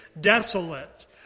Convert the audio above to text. desolate